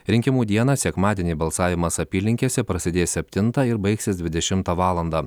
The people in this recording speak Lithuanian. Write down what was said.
rinkimų dieną sekmadienį balsavimas apylinkėse prasidės septintą ir baigsis dvidešimą valandą